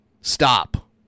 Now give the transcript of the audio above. Stop